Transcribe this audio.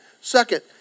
Second